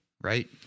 Right